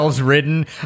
ridden